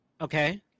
Okay